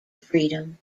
freedom